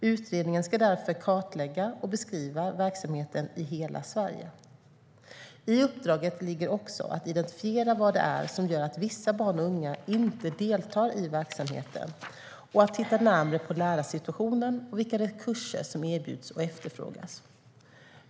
Utredningen ska därför kartlägga och beskriva verksamheten i hela Sverige. I uppdraget ligger också att identifiera vad det är som gör att vissa barn och unga inte deltar i verksamheten och att titta närmare på lärarsituationen och vilka kurser som erbjuds och efterfrågas.